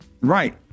Right